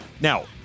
Now